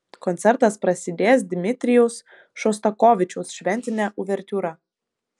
koncertas prasidės dmitrijaus šostakovičiaus šventine uvertiūra